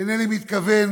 אינני מתכוון